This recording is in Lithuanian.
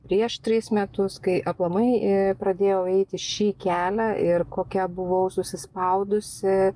prieš tris metus kai aplamai pradėjau eiti šį kelią ir kokia buvau susispaudusi